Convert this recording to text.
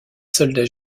soldats